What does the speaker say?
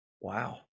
Wow